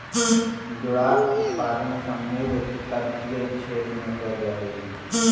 जोडाक उत्पादन समुद्र तटीय क्षेत्र में कैल जा हइ